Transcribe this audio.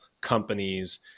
companies